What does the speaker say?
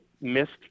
missed